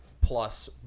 plus